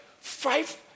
five